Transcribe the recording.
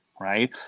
right